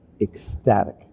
ecstatic